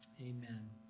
amen